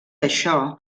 això